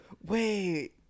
Wait